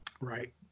Right